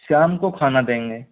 शाम को खाना देंगे